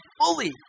fully